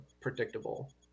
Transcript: predictable